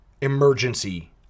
emergency